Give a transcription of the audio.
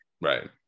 Right